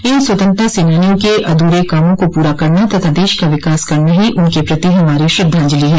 इन स्वतंत्रता सेनानियों के अधूरे कामों को पूरा करना तथा देश का विकास करना ही उनके प्रति हमारी श्रद्वाजंलि है